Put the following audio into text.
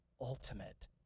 ultimate